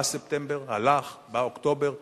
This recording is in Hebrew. בא ספטמבר והלך ובא אוקטובר והלך,